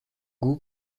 goût